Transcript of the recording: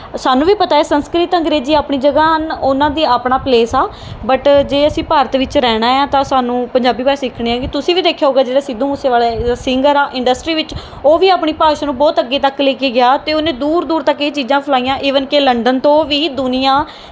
ਸਾਨੂੰ ਵੀ ਪਤਾ ਸੰਸਕ੍ਰਿਤ ਅੰਗਰੇਜ਼ੀ ਆਪਣੀ ਜਗ੍ਹਾ ਹਨ ਉਹਨਾਂ ਦੀ ਆਪਣਾ ਪਲੇਸ ਆ ਬਟ ਜੇ ਅਸੀਂ ਭਾਰਤ ਵਿੱਚ ਰਹਿਣਾ ਆ ਤਾਂ ਸਾਨੂੰ ਪੰਜਾਬੀ ਭਾਸ਼ਾ ਸਿੱਖਣੀ ਆ ਕਿ ਤੁਸੀਂ ਵੀ ਦੇਖਿਆ ਹੋਊਗਾ ਜਿਹੜੇ ਸਿੱਧੂ ਮੂਸੇਵਾਲੇ ਸਿੰਗਰ ਆ ਇੰਡਸਟਰੀ ਵਿੱਚ ਉਹ ਵੀ ਆਪਣੀ ਭਾਸ਼ਾ ਨੂੰ ਬਹੁਤ ਅੱਗੇ ਤੱਕ ਲੈ ਕੇ ਗਿਆ ਤੇ ਉਹਨੇ ਦੂਰ ਦੂਰ ਤੱਕ ਇਹ ਚੀਜ਼ਾਂ ਫਲਾਈਆਂ ਈਵਨ ਕਿ ਲੰਡਨ ਤੋਂ ਵੀ ਦੁਨੀਆ